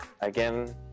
again